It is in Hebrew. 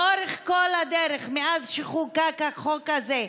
לאורך כל הדרך, מאז שחוקק החוק הזה,